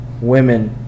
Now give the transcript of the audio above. women